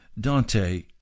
Dante